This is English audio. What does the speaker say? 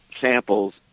samples